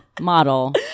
model